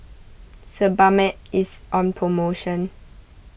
Sebamed is on promotion